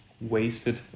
wasted